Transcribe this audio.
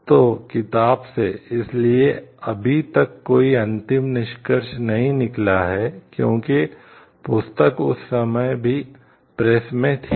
तो किताब से इसलिए अभी तक कोई अंतिम निष्कर्ष नहीं निकला है क्योंकि पुस्तक उस समय भी प्रेस में थी